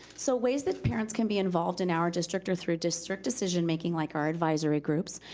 so ways that parents can be involved in our district or through district decision-making like our advisory groups,